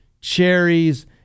cherries